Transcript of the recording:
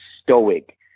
stoic